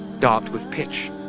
doped with pitch,